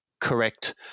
correct